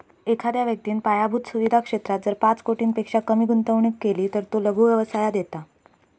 एखाद्या व्यक्तिन पायाभुत सुवीधा क्षेत्रात जर पाच कोटींपेक्षा कमी गुंतवणूक केली तर तो लघु व्यवसायात येता